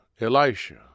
Elisha